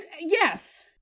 yes